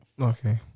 Okay